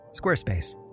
Squarespace